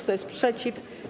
Kto jest przeciw?